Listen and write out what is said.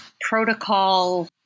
protocol